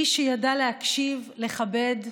איש שידע להקשיב, לכבד,